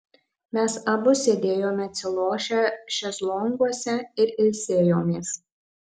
mes abu sėdėjome atsilošę šezlonguose ir ilsėjomės